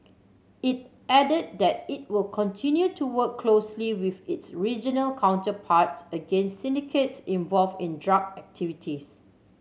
it added that it will continue to work closely with its regional counterparts against syndicates involved in drug activities